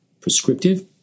prescriptive